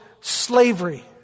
slavery